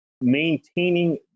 maintaining